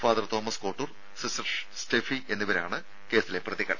father Thomas Kottoor sister Stephy എന്നിവരാണ് കേസിലെ പ്രതികൾ